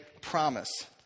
promise